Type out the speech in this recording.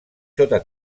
sota